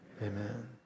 amen